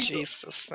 Jesus